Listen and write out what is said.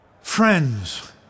Friends